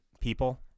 people